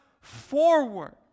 forward